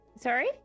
sorry